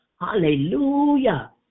Hallelujah